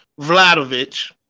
Vladovich